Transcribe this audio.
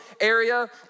area